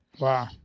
wow